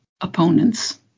opponents